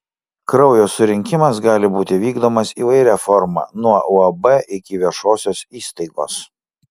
kraujo surinkimas gali būti vykdomas įvairia forma nuo uab iki viešosios įstaigos